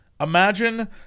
Imagine